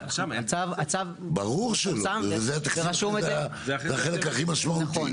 ברור שלא, זה החלק הכי משמעותי.